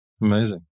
Amazing